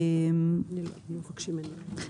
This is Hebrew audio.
זו דוגמה.